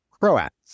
croats